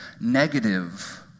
negative